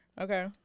Okay